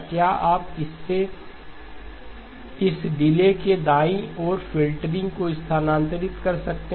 क्या आप इस डिले के दाईं ओर फ़िल्टरिंग को स्थानांतरित कर सकते हैं